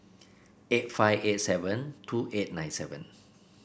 eight five eight seven two eight nine seven